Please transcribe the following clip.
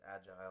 agile